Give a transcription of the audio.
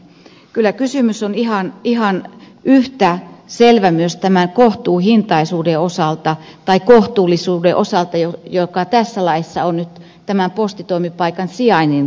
kyllä kysymys on ihan yhtä selvä myös tämän kohtuullisuuden osalta joka tässä laissa on nyt tämän postitoimipaikan sijainnin suhteen